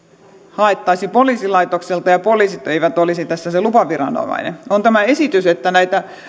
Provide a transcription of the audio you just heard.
haettaisi poliisilaitokselta ja poliisit eivät olisi tässä se lupaviranomainen on tämä esitys että näitä